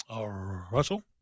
Russell